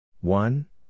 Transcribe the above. one